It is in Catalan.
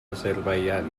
azerbaidjan